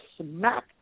smack